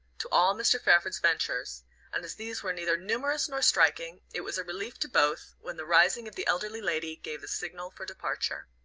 to all mr. fairford's ventures and as these were neither numerous nor striking it was a relief to both when the rising of the elderly lady gave the signal for departure.